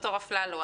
דוקטור אפללו,